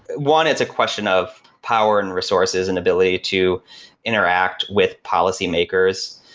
one, it's a question of power and resources and ability to interact with policy-makers.